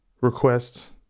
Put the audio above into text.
requests